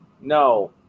No